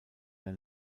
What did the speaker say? der